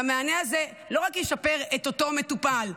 והמענה הזה לא רק ישפר את אותו מטופל,